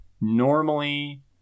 normally